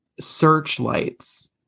searchlights